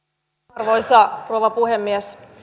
arvoisa rouva puhemies